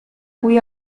cui